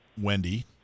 Wendy